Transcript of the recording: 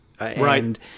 Right